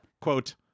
Quote